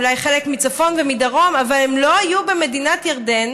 אולי חלק מצפון ומדרום אבל הם לא היו במדינת ירדן,